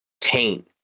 taint